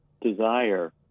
desire